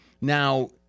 Now